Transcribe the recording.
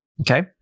okay